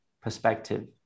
perspective